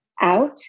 out